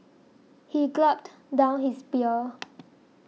he gulped down his beer